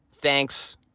thanks